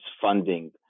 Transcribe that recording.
funding